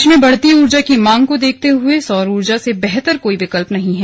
देश में बढ़ती ऊर्जा की मांग को देखते हए सौर्य ऊर्जा से बेहतर कोई विकल्प नहीं है